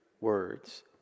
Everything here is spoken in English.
words